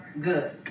good